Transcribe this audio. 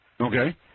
Okay